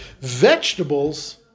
Vegetables